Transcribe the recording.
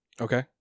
Okay